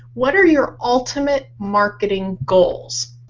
what are your ultimate marketing goals?